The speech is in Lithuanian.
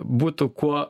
būtų kuo